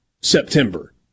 September